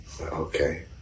okay